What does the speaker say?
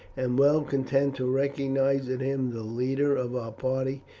am well content to recognize in him the leader of our party,